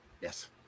Yes